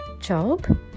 job